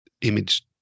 image